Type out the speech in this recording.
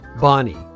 Bonnie